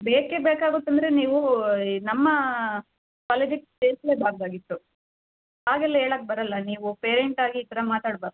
ಬೇಕೇ ಬೇಕಾಗುತ್ತೆ ಅಂದರೆ ನೀವು ನಮ್ಮ ಕಾಲೇಜಿಗೆ ಸೇರಿಸ್ಲೇಬಾರ್ದಾಗಿತ್ತು ಹಾಗೆಲ್ಲ ಹೇಳಕ್ ಬರೋಲ್ಲ ನೀವು ಪೇರೆಂಟ್ ಆಗಿ ಈ ಥರ ಮಾತಾಡಬಾರ್ದು